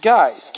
Guys